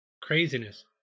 craziness